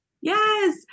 Yes